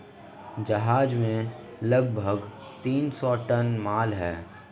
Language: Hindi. जहाज में लगभग तीन सौ टन माल है